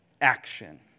action